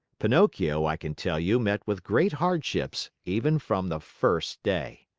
pinocchio, i can tell you, met with great hardships even from the first day.